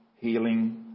healing